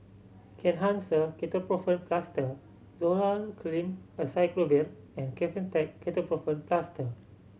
Kenhancer Ketoprofen Plaster Zoral Cream Acyclovir and Kefentech Ketoprofen Plaster